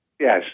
Yes